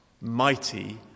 mighty